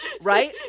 right